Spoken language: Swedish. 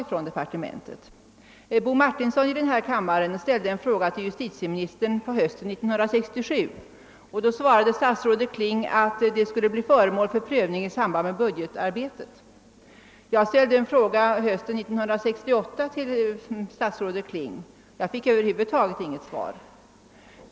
På hösten 1967 ställde herr Martinsson i denna kammare en fråga i detta ärende till justitieministern, och då svarade statsrådet Kling att frågan skulle prövas i samband med budgetarbetet. Likaså ställde jag en fråga i ämnet till statsrådet Kling på hösten 1968 men fick inget svar alls.